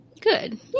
Good